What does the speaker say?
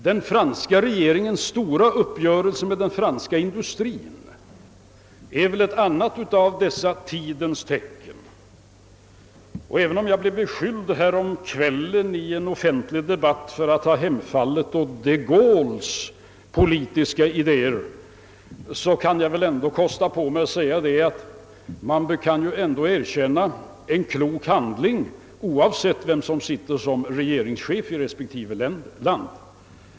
Den franska regeringens stora uppgörelse med den franska industrien är väl ett annat av dessa tidens tecken och fastän jag häromkvällen i en offentlig debatt blev beskylld för att ha hemfallit åt de Gaulles politiska idéer kan jag väl ändå säga, att man kan erkänna en klok handling oavsett vem som sitter som regeringschef i landet.